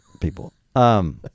people